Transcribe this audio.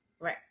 Right